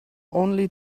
only